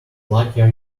luckier